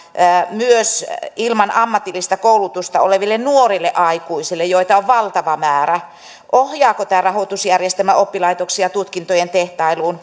myös ilman ammatillista koulutusta oleville nuorille aikuisille joita on valtava määrä ohjaako tämä rahoitusjärjestelmä oppilaitoksia tutkintojen tehtailuun